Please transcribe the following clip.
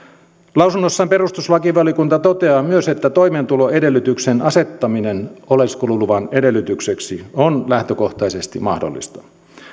lausunnossaan perustuslakivaliokunta toteaa myös että toimeentuloedellytyksen asettaminen oleskeluluvan edellytykseksi on lähtökohtaisesti mahdollista